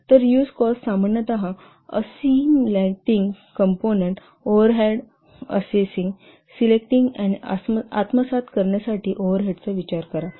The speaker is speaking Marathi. तर रियूज कॉस्ट सामान्यत assimilating component overhead assessing selecting आणि आत्मसात करण्यासाठी ओव्हरहेडचा विचार करा